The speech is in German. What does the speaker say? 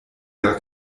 gar